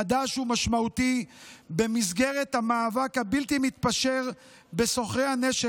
חדש ומשמעותי במסגרת המאבק הבלתי-מתפשר בסוחרי הנשק,